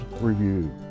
Review